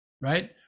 right